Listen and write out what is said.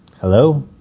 Hello